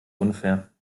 unfair